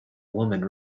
woman